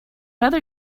other